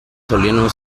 solían